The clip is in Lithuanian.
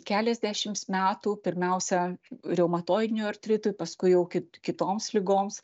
keliasdešims metų pirmiausia reumatoidiniu artritui paskui jau kit kitoms ligoms